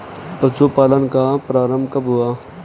पशुपालन का प्रारंभ कब हुआ?